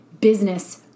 business